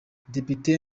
depite